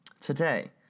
today